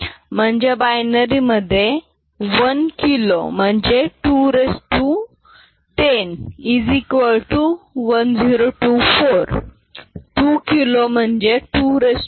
म्हणजे बायनरी मधे 1 किलो म्हणजे 210 1024